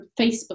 Facebook